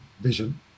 vision